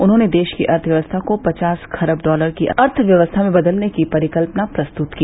उन्होंने देश की अर्थव्यवस्था को पचास खरब डालर की अर्थव्यवस्था में बदलने की परिकल्पना प्रस्तुत की